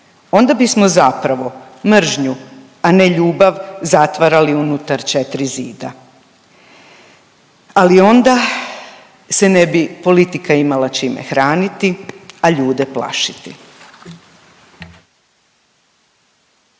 Onda bismo zapravo mržnju, a ne ljubav zatvarali unutar 4 zida, ali onda se ne bi politika imala čime hraniti, a ljude plašiti.